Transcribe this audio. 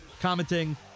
commenting